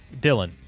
Dylan